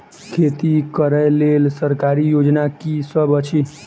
खेती करै लेल सरकारी योजना की सब अछि?